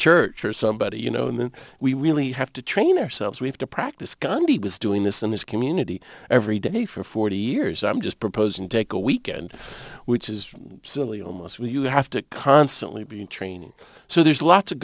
church or somebody you know and then we really have to train ourselves we have to practice gandhi was doing this in his community every day for forty years i'm just proposing take a weekend which is silly almost where you have to constantly be in training so there's lots of